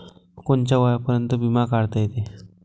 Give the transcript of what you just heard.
कोनच्या वयापर्यंत बिमा काढता येते?